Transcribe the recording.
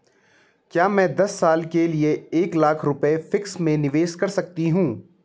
क्या मैं दस साल के लिए एक लाख रुपये फिक्स में निवेश कर सकती हूँ?